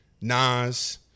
Nas